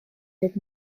did